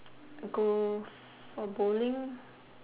go for bowling